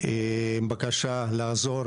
עם בקשה לעזור